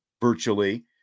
virtually